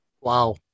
Wow